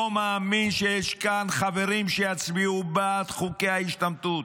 לא מאמין שיש כאן חברים שיצביעו בעד חוקי ההשתמטות,